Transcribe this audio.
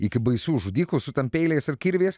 iki baisių žudikų su ten peiliais ir kirviais